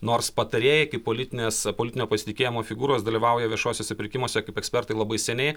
nors patarėjai kaip politinės politinio pasitikėjimo figūros dalyvauja viešuosiuose pirkimuose kaip ekspertai labai seniai